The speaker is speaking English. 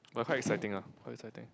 but quite exciting ah quite exciting